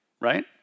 right